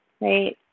right